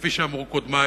כפי שאמרו קודמי,